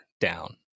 down